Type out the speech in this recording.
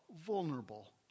vulnerable